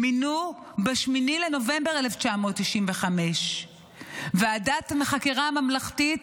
מינו ב-8 בנובמבר 1995. ועדת חקירה ממלכתית